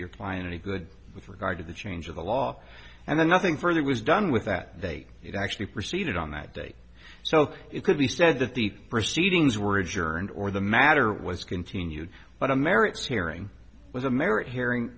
your client any good with regard to the change of the law and then nothing further was done with that date it actually proceeded on that date so it could be said that the proceedings were adjourned or the matter was continued but the merits hearing was a merit hearing